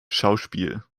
schauspiel